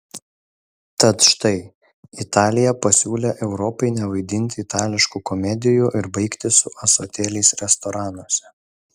tad štai italija pasiūlė europai nevaidinti itališkų komedijų ir baigti su ąsotėliais restoranuose